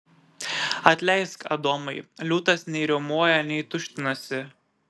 atleisk adomai liūtas nei riaumoja nei tuštinasi